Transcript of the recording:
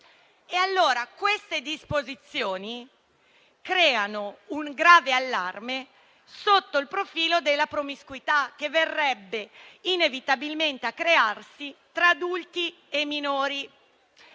Tali disposizioni creano quindi un grave allarme sotto il profilo della promiscuità che verrebbe inevitabilmente a crearsi tra adulti e minori,